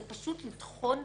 זה פשוט לטחון מים.